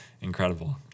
incredible